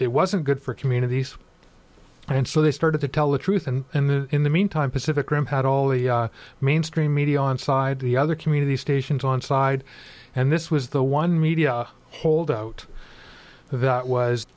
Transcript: it wasn't good for communities and so they started to tell the truth and then in the meantime pacific rim had all the mainstream media on side the other community stations on side and this was the one media hold out that was